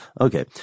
okay